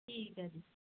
ਠੀਕ ਹੈ ਜੀ